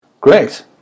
great